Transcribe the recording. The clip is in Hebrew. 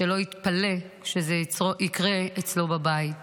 שלא יתפלא שזה יקרה אצלו בבית.